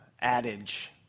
adage